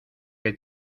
que